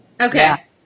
Okay